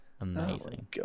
Amazing